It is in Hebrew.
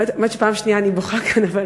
האמת שפעם שנייה אני בוכה כאן לבד.